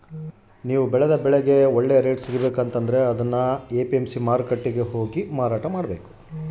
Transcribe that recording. ನಾನು ಬೆಳೆದ ಬೆಳೆಗೆ ಒಳ್ಳೆ ರೇಟ್ ಸಿಗಬೇಕು ಅಂದ್ರೆ ಎಲ್ಲಿ ಮಾರಬೇಕು?